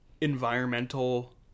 environmental